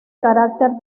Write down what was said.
carácter